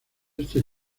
este